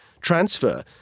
transfer